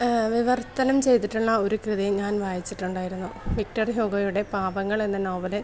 വിവർത്തനം ചെയ്തിട്ടുള്ള ഒരു കൃതി ഞാൻ വായിച്ചിട്ടുണ്ടായിരുന്നു വിക്ടര് ഹ്യൂഗോയുടെ പാവങ്ങള് എന്ന നോവലില്